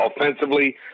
offensively